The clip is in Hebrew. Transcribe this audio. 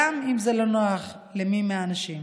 גם אם זה לא נוח למי מהאנשים.